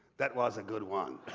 that was a good one.